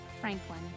Franklin